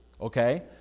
Okay